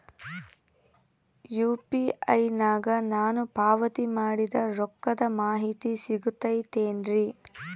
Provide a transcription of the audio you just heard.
UPI ನಾಗ ನಾನು ಪಾವತಿ ಮಾಡಿದ ರೊಕ್ಕದ ಮಾಹಿತಿ ಸಿಗುತೈತೇನ್ರಿ?